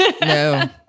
No